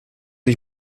ich